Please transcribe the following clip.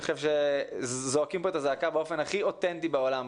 אני חושב שזועקים פה את הזעקה באופן הכי אותנטי בעולם.